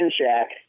shack